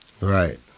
Right